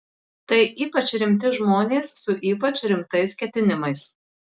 tai ypač rimti žmonės su ypač rimtais ketinimais